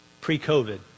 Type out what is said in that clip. pre-COVID